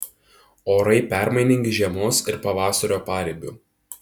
orai permainingi žiemos ir pavasario paribiu